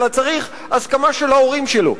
אלא צריך הסכמה של ההורים שלו.